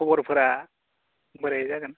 खबरफोरा बोरै जागोन